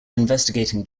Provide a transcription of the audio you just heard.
investigating